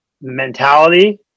mentality